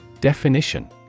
Definition